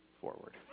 forward